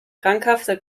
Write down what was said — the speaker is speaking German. krankhafte